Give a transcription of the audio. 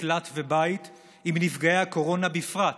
מקלט ובית אם נפגעי הקורונה בפרט